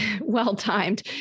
well-timed